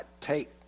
take